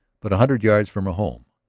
but a hundred yards from her home.